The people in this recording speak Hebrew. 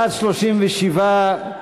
בעד, 37,